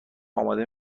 اماده